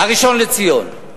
הראשון לציון.